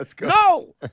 No